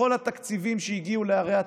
כל התקציבים שהגיעו לערי התיירות,